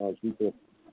اَز چھُے ترٛےٚ